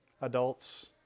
Adults